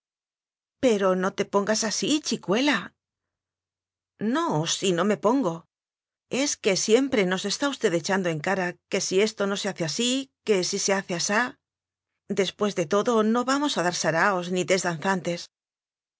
pero no te pongas así chicuela no si no me pongo es que siempre nos está usted echando en cara que si esto no se hace así que si se hace asá después de todo no vamos a dar saraos ni